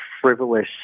frivolous